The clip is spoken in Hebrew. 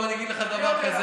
אבל אני אגיד לך דבר כזה,